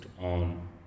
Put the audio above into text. on